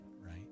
Right